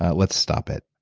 let's stop it